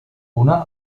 una